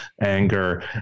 anger